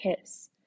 kiss